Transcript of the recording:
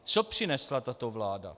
Co přinesla tato vláda?